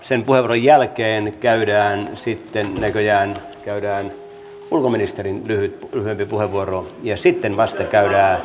sen puheenvuoron jälkeen käydään sitten näköjään ulkoministerin lyhyempi puheenvuoro ja sitten vasta käydään debatti